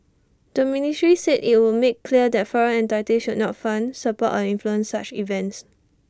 the ministry said IT would make clear that foreign entities should not fund support or influence such events